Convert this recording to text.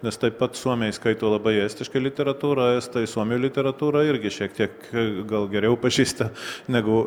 nes taip pat suomiai skaito labai estišką literatūrą estai suomių literatūrą irgi šiek tiek gal geriau pažįsta negu